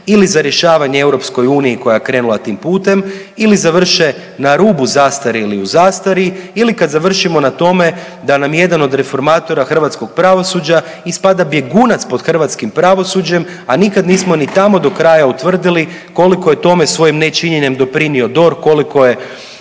ili za rješavanje EU koja je krenula tim putem ili završe na rubu zastare ili u zastari ili kad završimo na tome da nam jedan od reformatora hrvatskog pravosuđa ispada bjegunac pod hrvatskim pravosuđem, a nikad nismo ni tamo do kraja utvrdili koliko je tome svojim nečinjenjem doprinio DORH, koliko